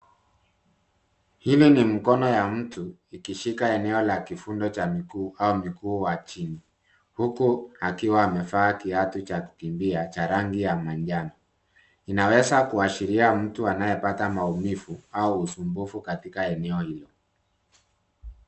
Hili ni mkono ya mtu ikishika eneo la kifundo cha miguu au mguu wa chini, huku akiwa amevaa kiatu cha kukimbia cha rangi ya manjano. Inaweza kuashiria mtu anayepata maumivu au usumbufu katika eneo hilo.